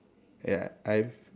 ya I've